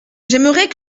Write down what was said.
j’aimerais